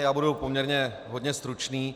Já budu poměrně hodně stručný.